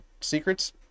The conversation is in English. secrets